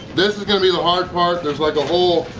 this is going to be the hard part there's like a whole,